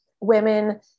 women